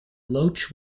loch